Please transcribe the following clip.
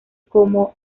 como